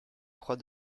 croix